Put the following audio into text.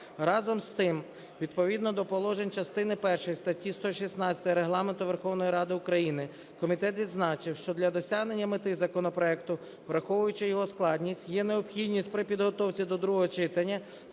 Разом з тим, відповідно до положень частини першої статті 116 Регламенту Верховної Ради України комітет відзначив, що для досягнення мети законопроекту, враховуючи його складність, є необхідність, при підготовці до другого читання,